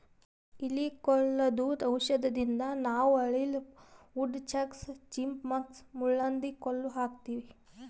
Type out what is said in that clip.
ಇಲಿ ಕೊಲ್ಲದು ಔಷಧದಿಂದ ನಾವ್ ಅಳಿಲ, ವುಡ್ ಚಕ್ಸ್, ಚಿಪ್ ಮಂಕ್ಸ್, ಮುಳ್ಳಹಂದಿ ಕೊಲ್ಲ ಹಾಕ್ತಿವಿ